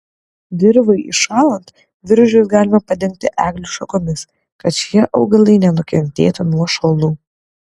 dirvai įšąlant viržius galima padengti eglių šakomis kad šie augalai nenukentėtų nuo šalnų